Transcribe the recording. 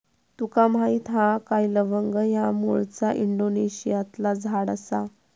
तुका माहीत हा काय लवंग ह्या मूळचा इंडोनेशियातला झाड आसा